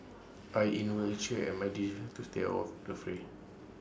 I inwardly cheer at my decision to stay of the fray